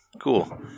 Cool